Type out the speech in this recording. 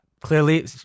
clearly